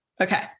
Okay